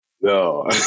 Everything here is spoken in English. no